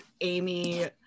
amy